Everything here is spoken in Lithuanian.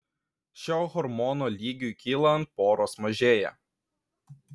šio hormono lygiui kylant poros mažėja